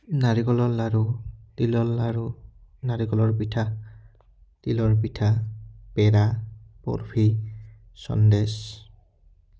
নাৰিকলৰ লাড়ু তিলৰ লাড়ু নাৰিকলৰ পিঠা তিলৰ পিঠা পেৰা বৰ্ফি চন্দেশ